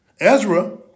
Ezra